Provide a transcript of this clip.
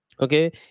Okay